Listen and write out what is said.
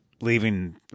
leaving